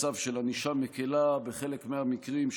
יש מצב של ענישה מקילה בחלק מהמקרים,